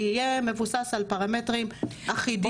שיהיה מבוסס על פרמטרים אחידים עם אדפטציה כזו או אחרת.